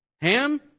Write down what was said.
Ham